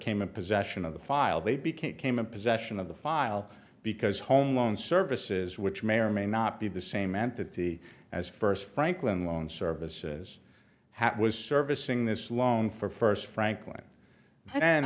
came in possession of the file they became came in possession of the file because home loan services which may or may not be the same entity as first franklin loan services hat was servicing this loan for first franklin and